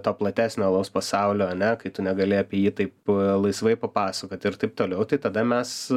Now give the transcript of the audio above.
to platesnio alaus pasaulio ane kai tu negali apie jį taip laisvai papasakoti ir taip toliau tai tada mes